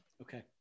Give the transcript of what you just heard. Okay